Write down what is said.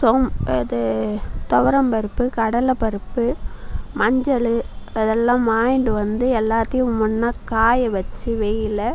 சோம்பு அது துவரம்பருப்பு கடலைப்பருப்பு மஞ்சள் அதெல்லாம் வாங்கிட்டு வந்து எல்லாத்தையும் ஒன்னாக காய வச்சு வெயிலில்